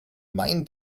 meinen